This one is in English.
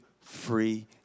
free